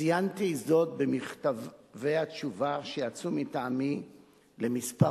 ציינתי זאת במכתבי התשובה שיצאו מטעמי על כמה